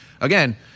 again